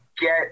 get